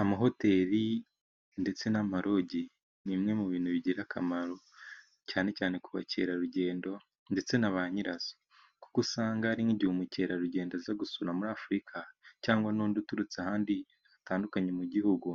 Amahoteli ndetse n'amaroji, ni imwe mu bintu bigira akamaro cyane cyane ku bakerarugendo ndetse na ba nyirazo, kuko usanga hari nk'igihe umukerarugendo aza gusura muri Afurika, cyangwa n'undi uturutse ahandi hatandukanye mu gihugu,